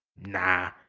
Nah